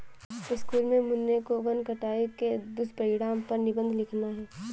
school में मन्नू को वन कटाई के दुष्परिणाम पर निबंध लिखना है